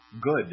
good